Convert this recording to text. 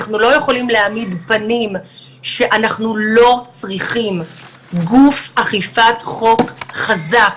אנחנו לא יכולים להעמיד פנים שאנחנו לא צריכים גוף אכיפת חוק חזק,